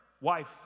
wife